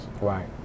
Right